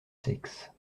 sexes